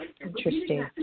Interesting